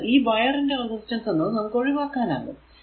അതായത് ഈ വയർ ന്റെ റെസിസ്റ്റൻസ് എന്നത് നമുക്ക് ഒഴിവാക്കാനാകും